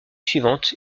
suivante